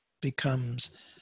becomes